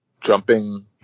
jumping